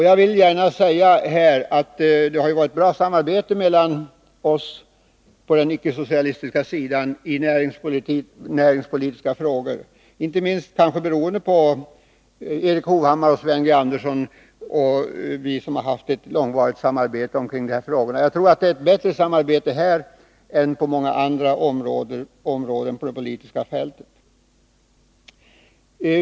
Jag vill gärna säga att det har varit ett bra samarbete mellan oss på den icke-socialistiska sidan i näringspolitiska frågor. Inte minst Erik Hovhammar och Sven G. Andersson men även andra har bedrivit ett långvarigt samarbete i dessa frågor. Jag tror att vi har ett bättre samarbete på detta område än på många andra på det politiska fältet.